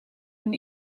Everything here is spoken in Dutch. hun